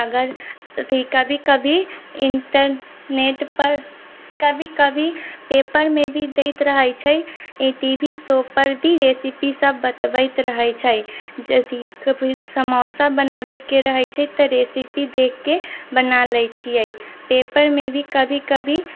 अगर कभी कभी इंटरनेट पर कभी कभी पेपरमे भी दैत रहै छै टी वी शो पर भी रेसिपी सब बतबैत रहै छै यदि समोसा बनाबे के रहै छै तऽ रेसिपी देख के बना लै छियै पेपरमे भी कभी कभी